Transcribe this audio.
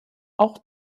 auch